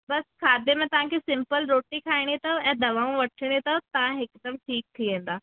बसि खाधे में तव्हांखे सिंपल रोटी खाइणी अथव ऐं दवाऊं वठिणी अथव तव्हां हिकदमि ठीकु थी वेंदा